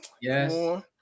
Yes